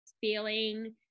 feeling